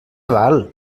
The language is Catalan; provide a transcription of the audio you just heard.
val